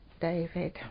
David